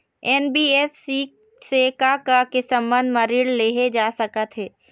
NBFC से का का के संबंध म ऋण लेहे जा सकत हे?